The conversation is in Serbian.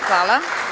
Hvala.